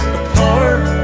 apart